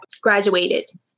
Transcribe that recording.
graduated